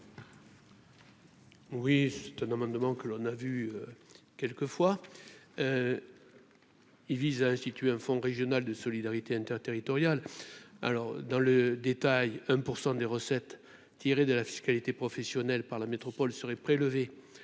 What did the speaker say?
Oui, c'est un amendement que l'on a vu quelques fois. Il vise à instituer un fonds régional de solidarité inter-territoriale alors dans le détail, 1 % des recettes tirées de la fiscalité professionnelle par la métropole seraient prélevés